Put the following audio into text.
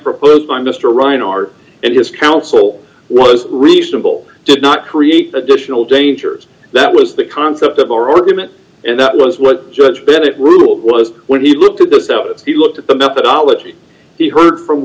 proposed by mr ryan art and his council was reasonable did not create additional dangers that was the concept of our argument and that was what judge bennett ruled was when he looked at those doubts he looked at the methodology he heard from